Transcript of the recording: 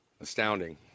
astounding